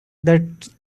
that